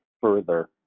further